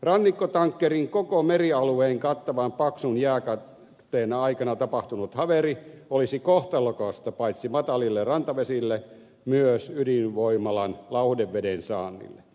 rannikkotankkerin koko merialueen kattavan paksun jääkatteen aikana tapahtunut haveri olisi kohtalokas paitsi matalille rantavesille myös ydinvoimalan lauhdeveden saannille